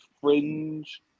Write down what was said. fringe